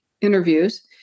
interviews